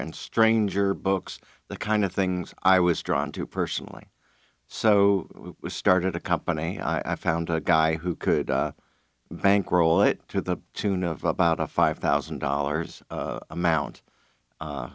and stranger books the kind of things i was drawn to personally so started a company i found a guy who could bankroll it to the tune of about a five thousand dollars amount